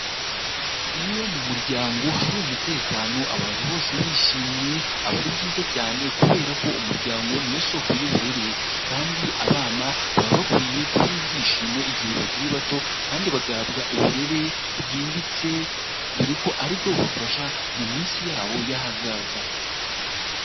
Iyo mu muryango hari umutekano abantu bose bishimye, aba ari byiza cyane kubera ko umuryango ni yo soko y'uburere kandi abana baba bakwiye kubona ibyishimo igihe bakiri bato kandi bagahabwa uburere bwimbitse, dore ko ari bwo bubafasha mu minsi yabo y'ahazaza.